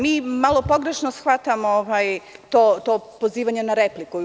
Mi malo pogrešno shvatamo to pozivanje na repliku.